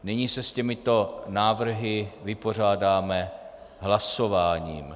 Nyní se s těmito návrhy vypořádáme hlasováním.